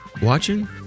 watching